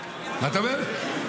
מה אתה אומר?